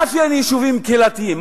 ואני שואל: מה מאפיין יישובים קהילתיים?